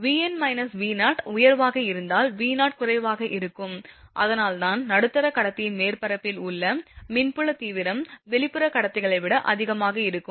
Vn V0 உயர்வாக இருப்பதால் V0 குறைவாக இருக்கும் அதனால்தான் நடுத்தர கடத்தியின் மேற்பரப்பில் உள்ள மின் புல தீவிரம் வெளிப்புற கடத்திகளை விட அதிகமாக உள்ளது